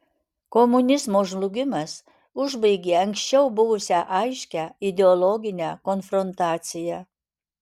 komunizmo žlugimas užbaigė anksčiau buvusią aiškią ideologinę konfrontaciją